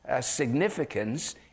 significance